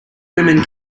women